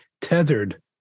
tethered